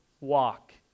walk